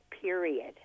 period